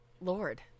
Lord